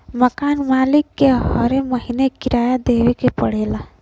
मकान मालिक के हरे महीना किराया देवे पड़ऽला